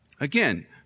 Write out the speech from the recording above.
Again